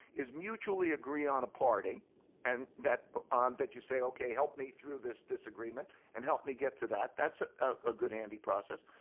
is mutually agree on a party and that um that you say, okay, help me through this disagreement and help me get to that. that's a good handy process.